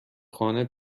خانه